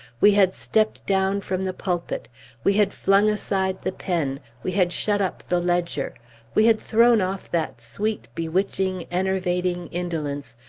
we had stepped down from the pulpit we had flung aside the pen we had shut up the ledger we had thrown off that sweet, bewitching, enervating indolence,